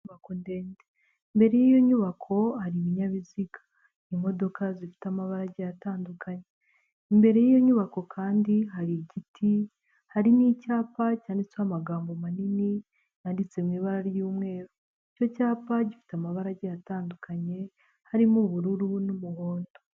Inyubako ndende. Imbere y'iyo nyubako hari ibinyabiziga. Imodoka zifite amabara agiye atandukanye. Imbere y'iyo nyubako kandi hari igiti, hari n'icyapa cyanditseho amagambo manini, yanditse mu ibara ry'umweru. Icyo cyapa gifite amabara agiye atandukanye, harimo ubururu n'umuhondo.